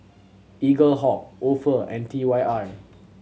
Eaglehawk Ofo and T Y R